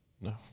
No